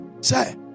Say